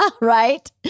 right